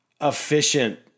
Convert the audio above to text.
efficient